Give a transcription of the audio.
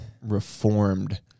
reformed